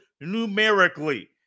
numerically